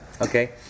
Okay